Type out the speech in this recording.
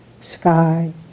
sky